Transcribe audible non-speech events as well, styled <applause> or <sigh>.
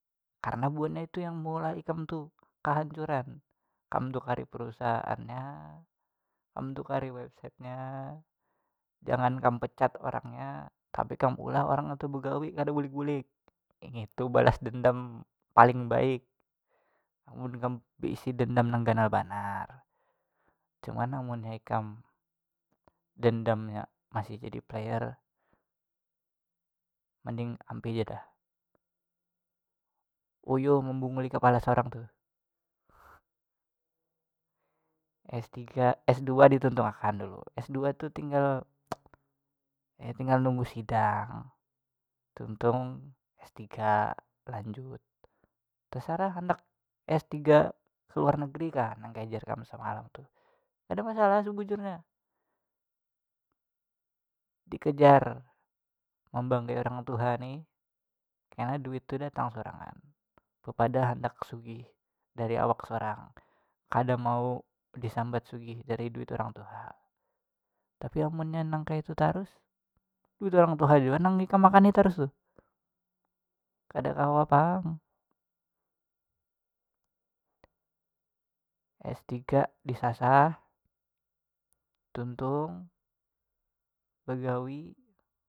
Karena buannya tu yang meulah ikam tu kahancuran kam tukari perusahaannya kam tukari websitenya jangan kam pecat orangnya tapi kam olah orangnya tu begawi kada bulik bulik yang ngitu balas dendam paling baik amun kam beisi dendam nang ganal banar, cuman amunnya ikam dendamnya masih jadi player mending ampih ja dah, uyuh membunguli kapala sorang tuh <noise> s tiga s dua dituntung akan dulu s dua tu tinggal <noise> e- tinggal nunggu sidang tuntung s tiga lanjut, tasarah handak s tiga keluar negeri kah kaya jar kam semalam tuh kada masalah sabujurnya dikejar membanggai orang tuha nih kena duit tu datang sorangan bepadah handak sugih dari awak sorang kada mau disambat sugih dari duit orang tuha, tapi amunnya nang kayatu tarus duit orang tuha jua nang ikam makani tarus tuh, kada kawa pang, s tiga disasah tuntung bagawi.